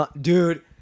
Dude